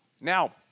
Now